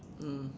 mm